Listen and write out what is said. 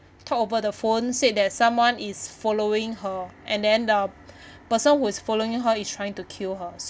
talk o ver the phone said that someone is following her and then the person who was following her is trying to kill her so